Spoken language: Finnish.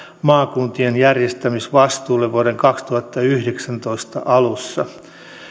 maakuntien järjestämisvastuulle vuoden kaksituhattayhdeksäntoista alussa